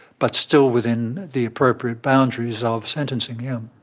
but still within the appropriate boundaries of sentencing, yeah.